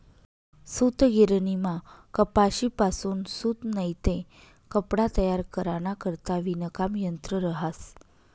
सूतगिरणीमा कपाशीपासून सूत नैते कपडा तयार कराना करता विणकाम यंत्र रहास